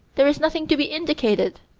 there is nothing to be indicated.